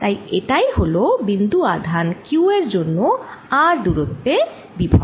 তাই এটাই হল একটি বিন্দু আধান q এর জন্য r দূরত্বে বিভব